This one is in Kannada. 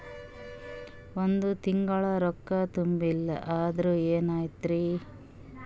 ಒಂದ ತಿಂಗಳ ರೊಕ್ಕ ತುಂಬಿಲ್ಲ ಅಂದ್ರ ಎನಾಗತೈತ್ರಿ?